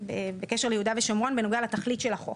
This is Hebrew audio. בקשר ליהודה ושומרון בנוגע לתכלית של החוק,